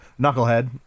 knucklehead